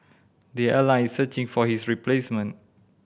the airline is searching for his replacement